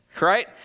right